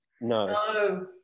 No